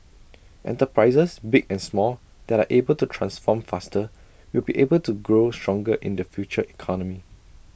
enterprises big and small that are able to transform faster will be able to grow stronger in the future economy